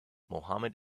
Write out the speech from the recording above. mohammed